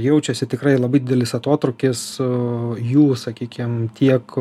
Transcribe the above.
jaučiasi tikrai labai didelis atotrūkis jų sakykim tiek